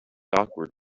awkward